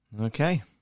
Okay